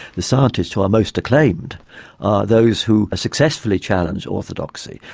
the scientists who are most acclaimed are those who successfully challenge orthodoxy,